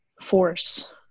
force